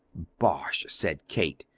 bosh! said kate,